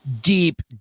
deep